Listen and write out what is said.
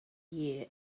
year